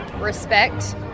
respect